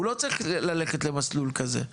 הוא לא צריך ללכת למסלול כזה.